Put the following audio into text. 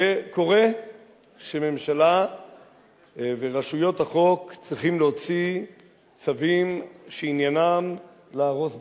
קורה שממשלה ורשויות החוק צריכות להוציא צווים שעניינם להרוס בתים.